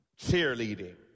Cheerleading